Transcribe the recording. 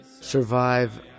survive